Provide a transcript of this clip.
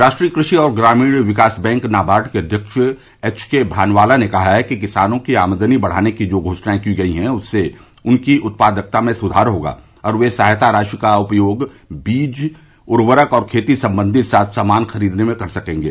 राष्ट्रीय कृषि और ग्रामीण विकास बैंक नाबार्ड के अव्यक्ष एचके भानवाला ने कहा है कि किसानों की आमदनी बढ़ाने की जो घोषणाएं की गई है उससे उनकी उत्पादकता में सुधार होगा और वे सहायता राशि का उपयोग बीज उवर्रक और खेती संबंधी साज सामान खरीदने में कर सकेंगे